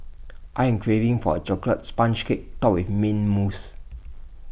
I am craving for A Chocolate Sponge Cake Topped with Mint Mousse